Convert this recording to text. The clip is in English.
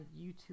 YouTube